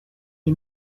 est